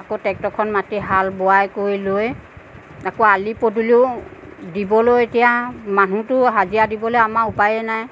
আকৌ ট্ৰেক্টৰখন মাতি হাল বোৱাই কৰি লৈ আকৌ আলি পদুলিও দিবলৈ এতিয়া মানুহটো হাজিৰা দিবলৈ আমাৰ উপায়েই নাই